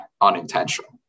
unintentional